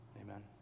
Amen